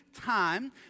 time